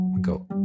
go